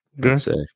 Good